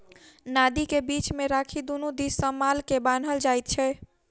नादि के बीच मे राखि दुनू दिस सॅ माल के बान्हल जाइत छै